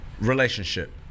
relationship